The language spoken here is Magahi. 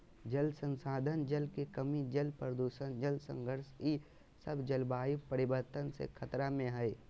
जल संसाधन, जल के कमी, जल प्रदूषण, जल संघर्ष ई सब जलवायु परिवर्तन से खतरा में हइ